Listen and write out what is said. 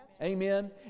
Amen